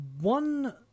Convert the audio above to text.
one